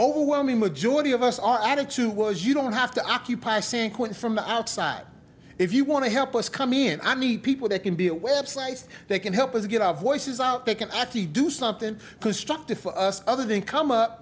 overwhelming majority of us our attitude was you don't have to occupy sequent from the outside if you want to help us come in and i meet people they can be a web site they can help us get our voices out they can actually do something constructive for us other than come up